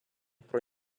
про